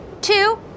two